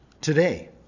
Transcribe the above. Today